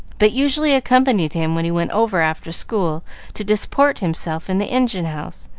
but usually accompanied him when he went over after school to disport himself in the engine-house,